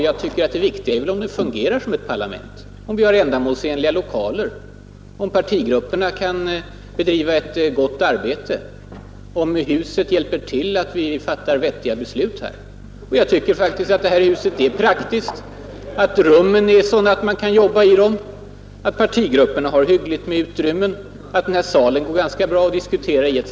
Jag tycker att det viktiga är om det fungerar som ett parlament, att vi har ändamålsenliga lokaler, att partigrupperna kan bedriva ett gott arbete, om huset underlättar för oss att fatta vettiga beslut eller åtminstone arbeta rationellt. Och jag anser faktiskt att det här huset är praktiskt, att rummen är sådana att man kan jobba i dem, att partigrupperna än så länge har hyggligt med utrymmen, att den här salen går ganska bra att diskutera i, etc.